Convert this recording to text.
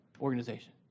organization